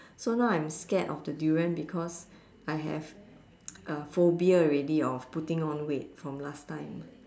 so now I'm scared of the durian because I have uh phobia already of putting on weight from last time